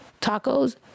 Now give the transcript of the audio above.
Tacos